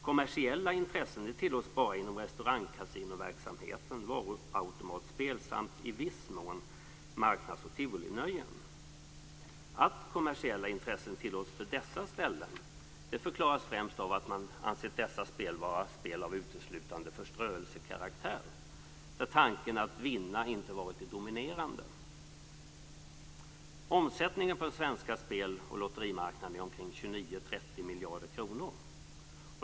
Kommersiella intressen tillåts bara inom restaurangkasinoverksamhet och varuautomatspel samt i viss mån på marknadsoch tivolinöjen. Att kommersiella intressen tillåts på dessa ställen förklaras främst av att man anser dessa spel vara spel uteslutande av förströelsekaraktär där tanken att vinna inte varit det dominerande. Omsättningen på den svenska spel och lotterimarknaden är omkring 29-30 miljarder kronor.